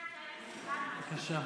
בבקשה.